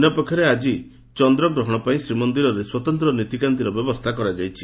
ଅନ୍ୟପକ୍ଷରେ ଆଜି ଚନ୍ଦ୍ରଗ୍ରହଶ ପାଇଁ ଶ୍ରୀମନ୍ଦିରରେ ସ୍ୱତନ୍ତ ନୀତିକାନ୍ତିର ବ୍ୟବସ୍ରା କରାଯାଇଛି